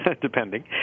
depending